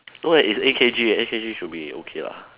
no eh is A_K_G A_K_G should be okay lah